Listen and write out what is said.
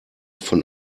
von